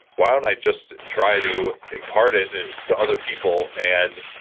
why don't i just try to impart it to other people? and,